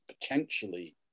potentially